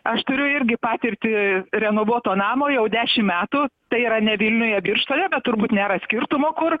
aš turiu irgi patirtį renovuoto namo jau dešim metų tai yra ne vilniuje birštone bet turbūt nėra skirtumo kur